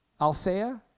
Althea